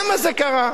למה זה קרה?